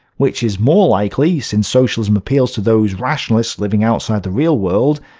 which is more likely, since socialism appeals to those rationalists living outside the real world,